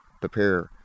prepare